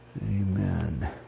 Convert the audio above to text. Amen